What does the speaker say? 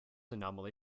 anomaly